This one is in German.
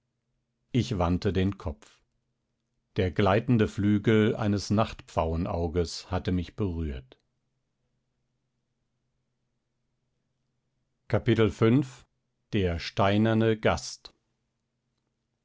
ich wandte den kopf der gleitende flügel eines nachtpfauenauges hatte mich berührt